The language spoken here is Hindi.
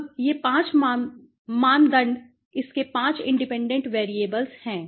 अब ये 5 मानदंड इसके 5 इंडिपेंडेंट वैरिएबल्स हैं